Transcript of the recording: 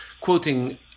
quoting